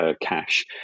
cash